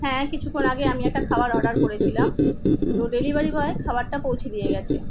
হ্যাঁ কিছুক্ষণ আগে আমি একটা খাবার অর্ডার করেছিলাম তো ডেলিভারি বয় খাবারটা পৌঁছে দিয়ে গিয়েছে